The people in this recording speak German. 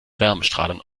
wärmestrahlern